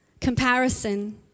comparison